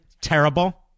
terrible